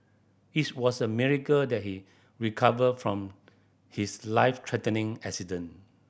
its was a miracle that he recovered from his life threatening accident